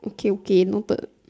okay okay noted